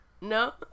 no